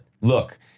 look